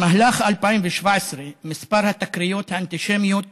במהלך 2017 מספר התקריות האנטישמיות